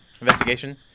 Investigation